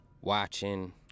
watching